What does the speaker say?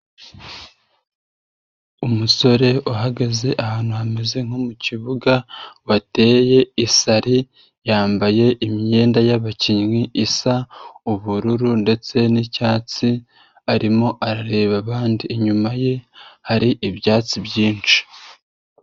Umusore uhagaze ahantu hameze nko mukibuga wateye isari, yambaye imyenda y'abakinnyi isa ubururu ndetse n'icyatsi arimo arareba abandi, inyuma ye hari ibyatsi byinshi.